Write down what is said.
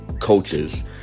coaches